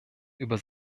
über